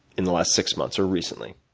in the last six months, or recently?